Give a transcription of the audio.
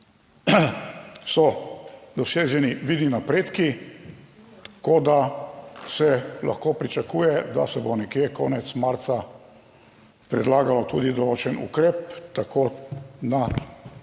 so doseženi vidni napredki, tako da se lahko pričakuje, da se bo nekje konec marca predlagalo tudi določen ukrep tako na